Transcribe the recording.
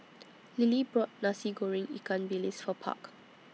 Lillie bought Nasi Goreng Ikan Bilis For Park